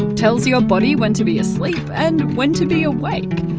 tells your body when to be asleep, and when to be awake.